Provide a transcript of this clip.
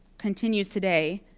continues today,